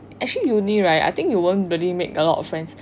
I see uni right I think you won't really make a lot friends